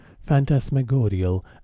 phantasmagorial